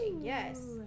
Yes